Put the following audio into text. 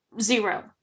zero